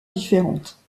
différentes